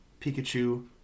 Pikachu